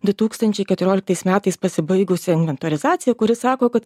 du tūkstančiai keturioliktais metais pasibaigusią inventorizaciją kuri sako kad